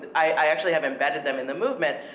i actually have embedded them in the movement,